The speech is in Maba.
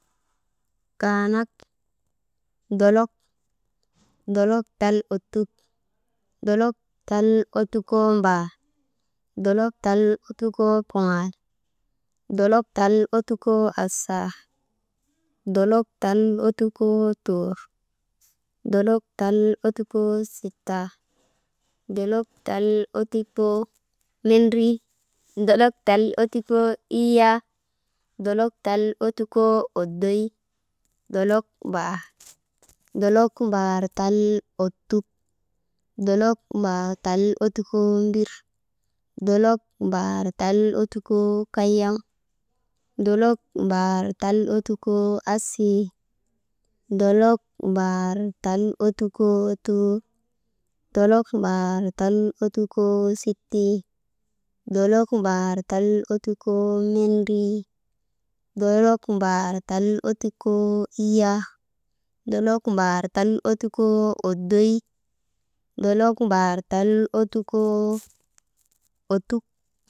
Kaanak, dolok, dolok tal ottuk, dolok tal ottukoo mbaar, dolok tal ottukoo kuŋaal, dolok tal ottukoo asaal, dolok tal ottukoo tuur, dolok tal ottukoo sittal, dolok tal ottukoo mendrii, dolok tal ottukoo iyyaa, dolok tal ottukoo oddoy, dolok mbaar tal ottuk, dolok mbaar tal ottukoo mbir, dolok mbaar tal ottukoo kayaŋ, dolok mbaar tal ottukoo asii, dolok mbaar tal ottukoo tuur dolok mbaar tal ottukoo sitii, dolok mbaar tal ottukoo mendrii, dolok mbaar tal ottukoo iyyaa, dolok mbaar tal ottukoo oddoy, dolok mbaar tal ottukoo ottuk.